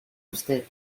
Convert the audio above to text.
usted